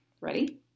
ready